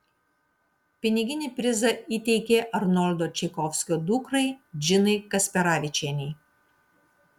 piniginį prizą įteikė arnoldo čaikovskio dukrai džinai kasperavičienei